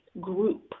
group